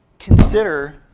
consider